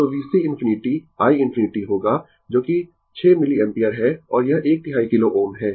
तो VC ∞ i ∞ होगा जो कि 6 मिलिएम्पियर है और यह एक तिहाई किलो Ω है